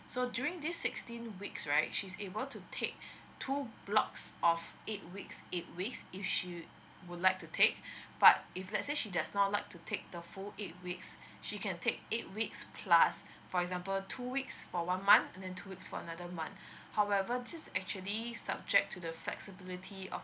so during this sixteen weeks right she's able to take two blocks of eight weeks eight weeks if she would like to take but if let say she does not like to take the full eight weeks she can take eight weeks plus for example two weeks for one month and then two weeks for another month however this actually subject to the flexibility of